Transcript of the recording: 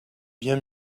bien